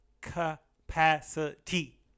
capacity